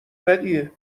بدیه